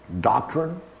doctrine